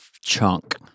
chunk